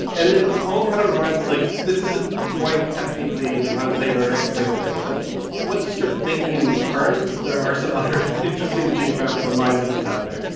and it all kind of reminds me like this isn't quite technically an enclave or an exclave thing, but once you start thinking in these terms, there are some other interesting geographical mind benders out there.